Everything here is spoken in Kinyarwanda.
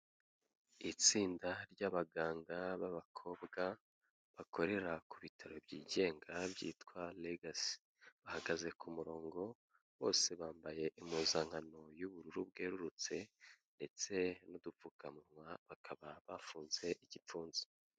Itsinda ry'abaganga b'abakobwa bakorera ku bitaro byigenga byitwa Lagacy, bahagaze ku murongo bose bambaye impuzankano y'ubururu bwerurutse ndetse n'udupfukamunwa bakaba bafunze igipfunsi.